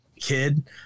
kid